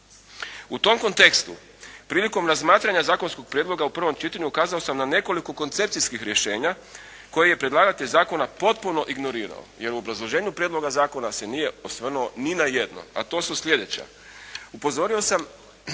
U tom kontekstu prilikom razmatranja zakonskog prijedloga u prvom čitanju ukazao sam na nekoliko koncepcijskih rješenja koje je predlagatelj zakona potpuno ignorirao, jer u obrazloženju prijedloga zakona se nije osvrnuo ni na jedno, a to su slijedeća. Upozorio sam